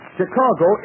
Chicago